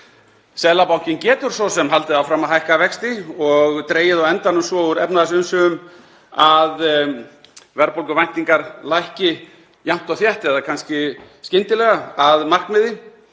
Seðlabankinn getur svo sem haldið áfram að hækka vexti og dregið á endanum svo úr efnahagsumsvifum að verðbólguvæntingar lækki jafnt og þétt, eða kannski skyndilega, að markmiði.